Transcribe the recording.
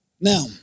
Now